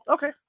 Okay